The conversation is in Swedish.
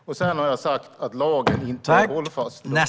Sedan har jag sagt att lagen inte är hållfast nog.